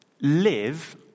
live